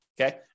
Okay